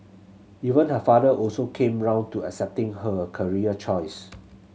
even her father also came round to accepting her career choice